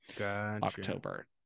October